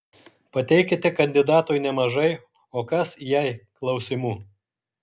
pateikite kandidatui nemažai o kas jei klausimų